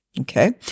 Okay